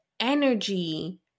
energy